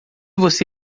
você